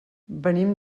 venim